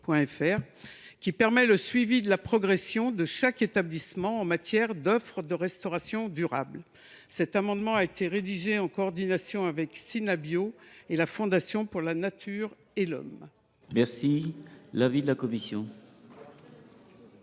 qui assure le suivi de la progression de chaque établissement en matière d’offre de restauration durable. Cet amendement a été rédigé en coordination avec CINABio et la Fondation pour la nature et l’homme. Quel est l’avis de la commission